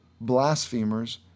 blasphemers